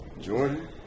Jordan